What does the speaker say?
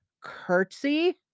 curtsy